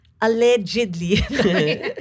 allegedly